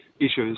issues